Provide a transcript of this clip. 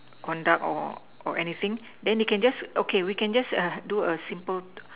conduct or or anything then they can just okay we can just err do a simple